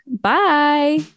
Bye